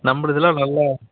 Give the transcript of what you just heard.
நம்பளுதில் நல்ல